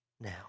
now